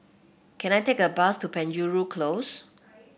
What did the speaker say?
can I take a bus to Penjuru Close